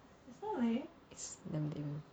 it's damn lame